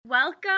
Welcome